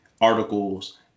articles